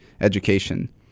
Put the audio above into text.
education